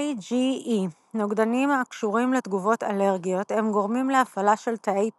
IgE נוגדנים הקשורים לתגובות אלרגיות; הם גורמים להפעלה של תאי פיטום,